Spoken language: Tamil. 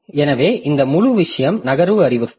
எனவே இந்த முழு விஷயம் நகர்வு அறிவுறுத்தல்